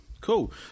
cool